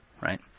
right